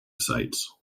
sites